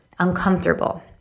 uncomfortable